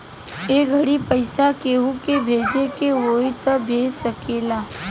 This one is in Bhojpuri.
ए घड़ी पइसा केहु के भेजे के होई त भेज सकेल